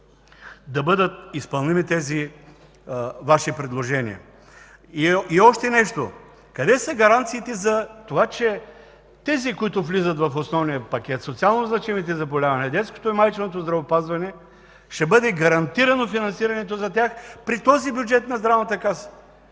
да бъдат изпълними Вашите предложения. И още нещо. Къде са гаранциите, че тези, които влизат в основния пакет – социално значимите заболявания, детското и майчиното здравеопазване, за тях ще бъде гарантирано финансирането при този бюджет на Здравната каса?!